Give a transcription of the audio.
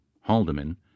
Haldeman